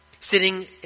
sitting